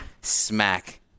smack